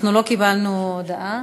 אנחנו לא קיבלנו הודעה.